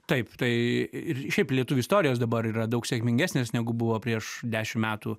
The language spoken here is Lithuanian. taip tai ir šiaip lietuvių istorijos dabar yra daug sėkmingesnės negu buvo prieš dešim metų